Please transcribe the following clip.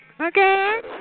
Okay